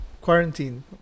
quarantine